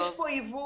יש פה עיוות